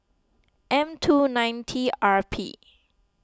M two nine T R P